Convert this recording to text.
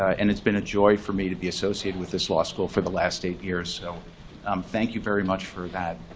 and it's been a joy for me to be associated with this law school for the last eight years. so um thank you very much for that.